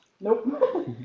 Nope